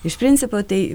iš principo tai